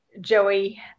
Joey